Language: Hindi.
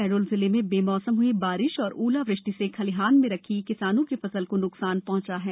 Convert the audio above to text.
शहडोल जिले में बेमौसम हई बारिश और ओलावृष्टि से खलिहान में रखी किसानों की फसल को न्कसान हआ है